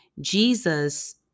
Jesus